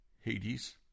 Hades